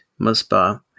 Musbah